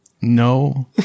No